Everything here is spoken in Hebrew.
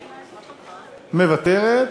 מוותרת,